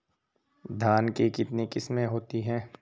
धान की कितनी किस्में होती हैं?